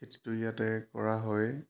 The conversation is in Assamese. খেতিটো ইয়াতে কৰা হয়েই